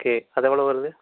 okay அது எவ்வளோ வருது